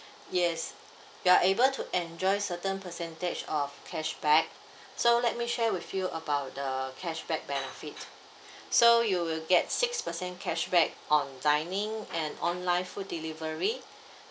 yes you're able to enjoy certain percentage of cashback so let me share with you about the cashback benefit so you will get six percent cashback on dining and online food delivery